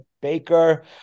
Baker